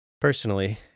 Personally